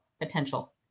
potential